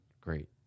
great